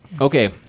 Okay